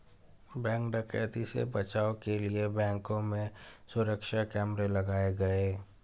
bank डकैती से बचाव के लिए बैंकों में सुरक्षा कैमरे लगाये गये